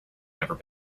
never